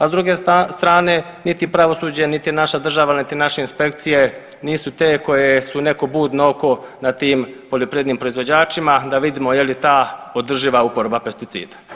A s druge strane niti pravosuđe, niti naša država, niti naše inspekcije nisu te koje su neko budno oko nad tim poljoprivrednim proizvođačima da vidimo je li ta održiva uporaba pesticida.